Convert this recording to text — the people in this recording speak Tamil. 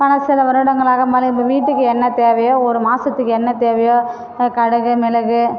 ஆனால் சில வருடங்களாக மளிகை நம்ம வீட்டுக்கு என்ன தேவையோ ஒரு மாசத்துக்கு என்ன தேவையோ கடுகு மிளகு